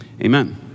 amen